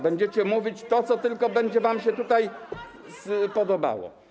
Będziecie mówić to, co tylko będzie wam się podobało.